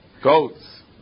goats